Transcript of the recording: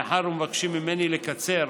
מאחר שמבקשים ממני לקצר,